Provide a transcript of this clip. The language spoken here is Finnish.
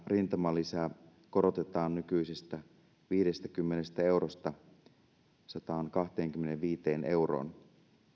rintamalisää korotetaan nykyisestä viidestäkymmenestä eurosta sataankahteenkymmeneenviiteen euroon